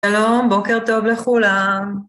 שלום, בוקר טוב לכולם.